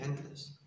endless